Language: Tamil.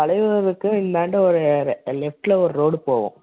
பலையூருக்கு இந்தாண்ட ஒரு ரெ லெஃப்ட்டில ஒரு ரோடு போவும்